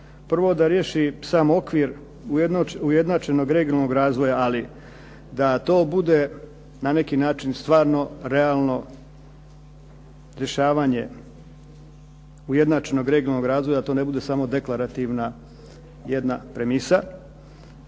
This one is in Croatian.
Prvo da riješi sam okvir ujednačenog regionalnog razvoja, ali da to bude na neki način stvarno realno rješavanje ujednačenog regionalnog razvoja da to ne bude samo deklarativna jedna premisa.